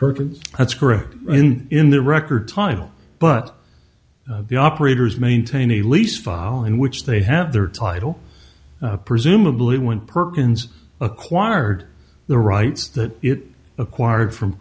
perkins that's correct in in the record time but the operators maintain a lease file in which they have their title presumably when perkins acquired the rights that it acquired from